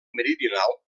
meridional